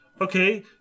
Okay